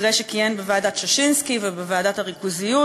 אחרי שכיהן בוועדת ששינסקי ובוועדת הריכוזיות,